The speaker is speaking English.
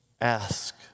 Ask